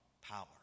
power